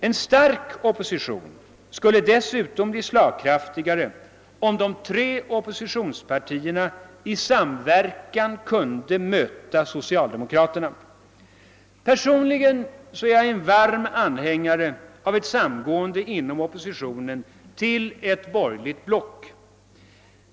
En stark opposition skulle dessutom bli slagkraftigare om de tre oppositionspartierna i samverkan kunde möta socialdemokraterna. Personligen är jag en varm anhängare av elt samgående inom oppositionen till ett borgerligt block.